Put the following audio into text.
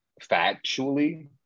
factually